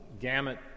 gamut